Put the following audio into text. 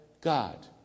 God